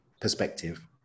perspective